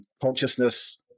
Consciousness